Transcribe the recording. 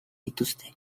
dituzte